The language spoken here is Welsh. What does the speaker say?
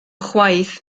chwaith